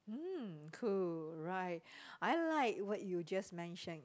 mm cool right I like what you just mention